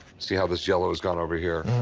see how this yellow has gone over here?